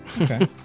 Okay